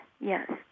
yes